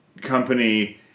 company